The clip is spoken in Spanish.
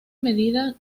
medida